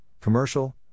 commercial